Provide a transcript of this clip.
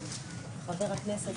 חבר הכנסת